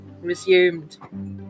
resumed